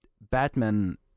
Batman